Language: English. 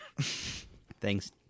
Thanks